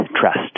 trust